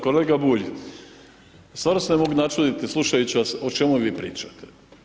Kolega Bulj, stvarno se ne mogu načuditi slušajući vas o čemu vi pričate.